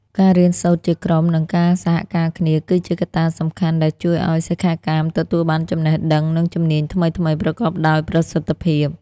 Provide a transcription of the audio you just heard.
ការរៀនសូត្រជាក្រុម និងការសហការគ្នា គឺជាកត្តាសំខាន់ដែលជួយឲ្យសិក្ខាកាមទទួលបានចំណេះដឹង និងជំនាញថ្មីៗប្រកបដោយប្រសិទ្ធភាព។